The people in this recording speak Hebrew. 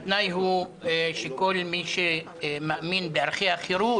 התנאי הוא שכל מי שמאמין בערכי החירות,